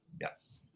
Yes